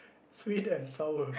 sweet and sour